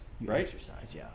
right